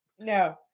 No